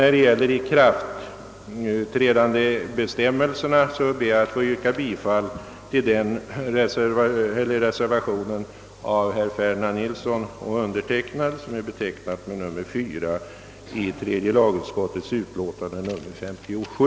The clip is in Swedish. När det gäller ikraftträdandebestämmelserna ber jag att få yrka bifall till reservationen av herr Ferdinand Nilsson och mig, som är betecknad med IV i tredje lagutskottets utlåtande nr 57.